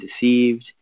deceived